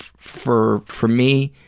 for, for me,